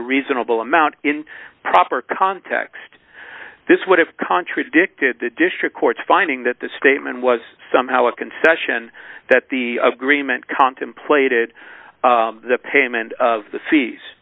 reasonable amount in proper context this would have contradicted the district court's finding that the statement was somehow a concession that the agreement contemplated the payment of the